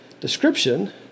description